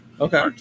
okay